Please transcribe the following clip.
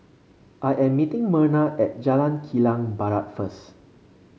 I am meeting Merna at Jalan Kilang Barat first